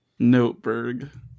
Noteberg